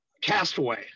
Castaway